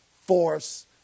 force